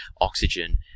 oxygen